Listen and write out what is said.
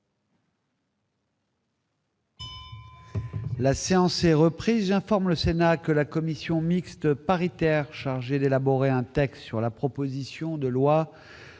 La séance est reprise. J'informe le Sénat que la commission mixte paritaire chargée d'élaborer un texte sur la proposition de loi